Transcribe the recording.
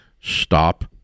stop